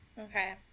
Okay